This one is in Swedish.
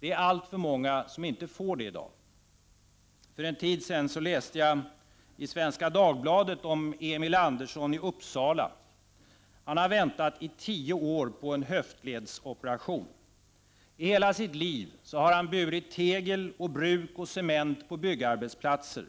Det är alltför många som inte får det i dag. För en tid sedan läste jag i Svenska Dagbladet om Emil Andersson i Uppsala. Han har väntat i tio år på en höftledsoperation. I hela sitt liv har han burit tegel, bruk och cement på byggarbetsplatser.